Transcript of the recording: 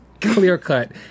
clear-cut